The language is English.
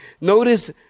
Notice